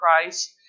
Christ